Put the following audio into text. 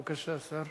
בבקשה, השר.